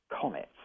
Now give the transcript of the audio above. comets